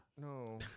No